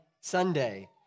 Sunday